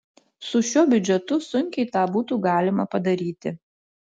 su šiuo biudžetu sunkiai tą būtų galima padaryti